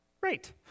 Great